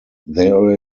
there